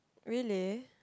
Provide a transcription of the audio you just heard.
really